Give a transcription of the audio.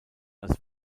als